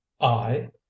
I